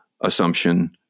assumption